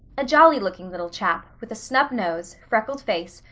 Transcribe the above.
a jolly looking little chap, with a snub nose, freckled face,